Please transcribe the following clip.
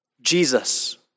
Jesus